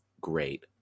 Great